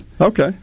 Okay